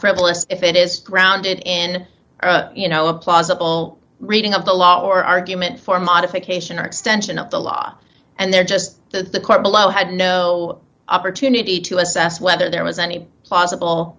frivolous if it is grounded in a you know a plausible reading of the law or argument for modification or extension of the law and there just that the court below had no opportunity to assess whether there was any possible